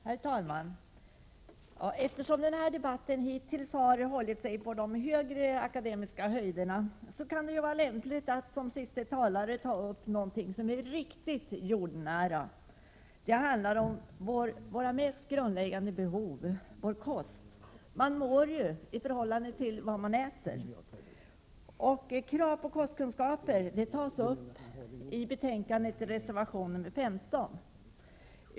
Herr talman! Eftersom denna debatt hittills har hållit sig på de högre akademiska höjderna, kan det vara lämpligt att som sista talare ta upp något som är riktigt jordnära. Det handlar om kosten, som tillgodoser ett av våra mest grundläggande behov. Hur man mår är ju beroende av vad man äter. Krav som gäller kostkunskap tas upp i reservation nr 15 vid betänkandet.